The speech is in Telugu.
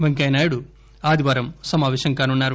పెంకయ్య నాయుడు ఆదివారం సమాపేశం కానున్నారు